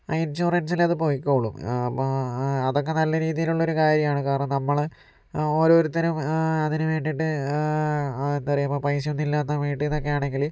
ആ ഇൻഷുറൻസിലത് പൊയ്ക്കോളും അപ്പോൾ അതൊക്കെ നല്ല രീതിയിലുള്ള ഒരു കാര്യമാണ് കാരണം നമ്മള് ഓരോരുത്തരും അതിനു വേണ്ടിയിട്ട് എന്താ പറയുക ഇപ്പോൾ പൈസയൊന്നും ഇല്ലാത്ത വീട്ടിന്നൊക്കെ ആണെങ്കിൽ